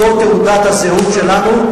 זאת תעודת הזהות שלנו.